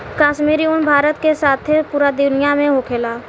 काश्मीरी उन भारत के साथे पूरा दुनिया में होखेला